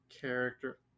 character